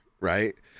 right